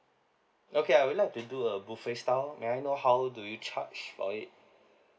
okay I would like to do a buffet style may I know how do you charge for it